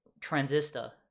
Transistor